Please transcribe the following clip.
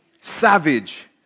Savage